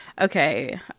Okay